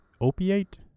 Opiate